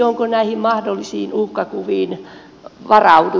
onko näihin mahdollisiin uhkakuviin varauduttu